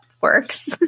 works